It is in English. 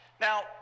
Now